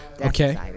okay